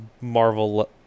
Marvel